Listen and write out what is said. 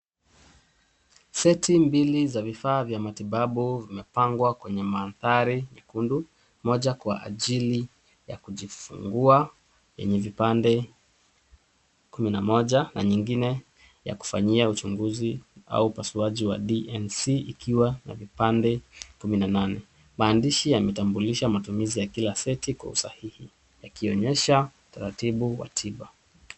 Seti mbili za vifaa vya matibabu vimepangwa kwenye mandhari nyekundu, moja kuwa ajili ya kujifungua, yenye vipande kumi na moja, na nyingine ya kufanyia uchunguzi au upasuaji wa DMC ikiwa na vipande kumi na nane. Maandishi yametambulisha matumizi ya kila seti kwa usahihi, yakionyesha utaratibu wa tiba.